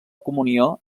comunió